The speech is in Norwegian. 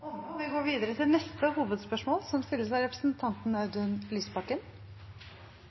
Vi går da videre til neste hovedspørsmål. SV har lagt fram en plan som